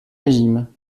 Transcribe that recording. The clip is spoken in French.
régime